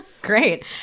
Great